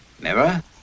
Mirror